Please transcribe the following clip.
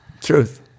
Truth